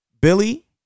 Billy